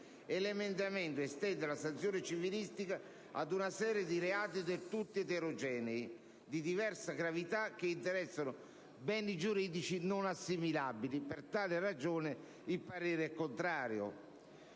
e l'emendamento estende la sanzione civilistica ad una serie di reati del tutto eterogenei, di diversa gravità, che interessano beni giuridici non assimilabili. Per tale ragione, il parere